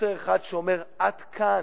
מסר אחד שאומר: עד כאן.